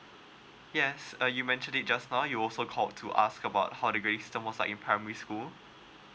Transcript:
yes uh you mentioned it just now you also called to ask about how to grading system was like in primary school